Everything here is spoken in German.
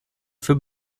für